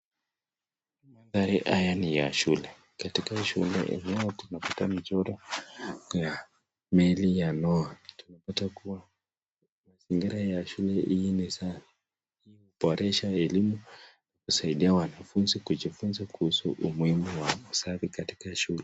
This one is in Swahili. Mandhari haya ni ya shule, katika shule yenyewe tunapata michoro ya meli ya Noah, tumepata kuwa mazingira ya shule hii ni safi. Hii huboresha elimu, husaidia wanafunzi kujifunza kuhusu umuhimu wa usafi katika shule.